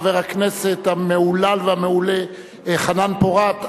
חבר הכנסת המהולל והמעולה חנן פורת,